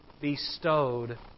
bestowed